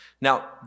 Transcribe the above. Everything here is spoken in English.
Now